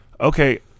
Okay